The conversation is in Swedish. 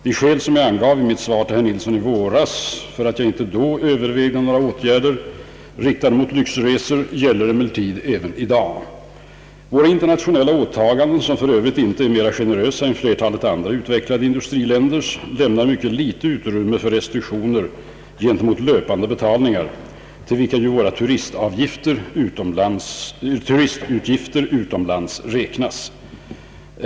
De skäl, som jag angav i mitt svar till herr Nilsson i våras, för att jag inte då övervägde några särskilda åtgärder riktade mot s.k. lyxresor, gäller emellertid även i dag. Våra internationella åtaganden, som för övrigt inte är mer generösa än flertalet andra utvecklade industriländers, lämnar mycket litet utrymme för restriktioner gentemot löpande betalningar, till vilka ju våra turistutgifter utomlands räknas.